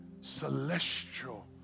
celestial